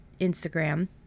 Instagram